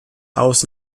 aus